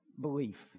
belief